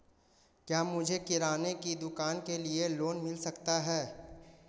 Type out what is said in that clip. क्या मुझे किराना की दुकान के लिए लोंन मिल सकता है?